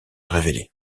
révélé